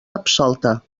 absolta